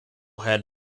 had